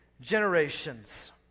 generations